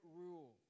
rule